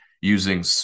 using